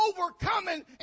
overcoming